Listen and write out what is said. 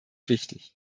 wichtig